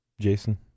Jason